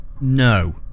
No